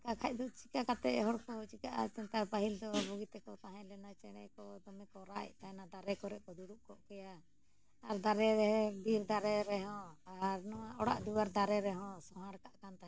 ᱚᱱᱠᱟ ᱠᱷᱟᱡ ᱫᱚ ᱪᱮᱠᱟ ᱠᱟᱛᱮᱫ ᱦᱚᱲᱠᱚ ᱪᱮᱠᱟᱜᱼᱟ ᱱᱮᱛᱟᱨ ᱯᱟᱹᱦᱤᱞ ᱫᱚ ᱵᱩᱜᱤ ᱛᱮᱠᱚ ᱛᱟᱦᱮᱸ ᱞᱮᱱᱟ ᱪᱮᱬᱮ ᱠᱚ ᱫᱚᱢᱮ ᱠᱚ ᱨᱟᱜ ᱮᱫ ᱛᱟᱦᱮᱱᱟ ᱫᱟᱨᱮ ᱠᱚᱨᱮ ᱠᱚ ᱫᱩᱲᱩᱵ ᱠᱚᱜ ᱜᱮᱭᱟ ᱟᱨ ᱫᱟᱨᱮ ᱨᱮ ᱵᱤᱨ ᱫᱟᱨᱮ ᱨᱮᱦᱚᱸ ᱟᱨ ᱱᱚᱣᱟ ᱚᱲᱟᱜᱼᱡᱩᱣᱟᱹᱨ ᱫᱟᱨᱮ ᱨᱮᱦᱚᱸ ᱥᱳᱦᱟᱱ ᱠᱟᱜ ᱠᱟᱱ ᱛᱟᱦᱮᱱᱟᱠᱚ